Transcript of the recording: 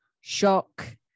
shock